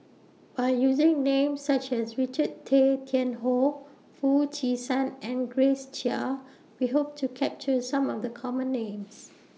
By using Names such as Richard Tay Tian Hoe Foo Chee San and Grace Chia We Hope to capture Some of The Common Names